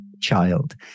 child